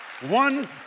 one